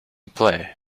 play